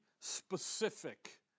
Specific